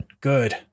good